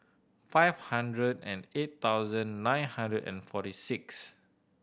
five hundred and eight thousand nine hundred and forty six